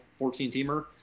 14-teamer